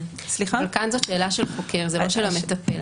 כאן זו שאלה של חוקר, לא של מטפל.